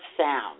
sound